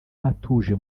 atuje